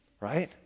Right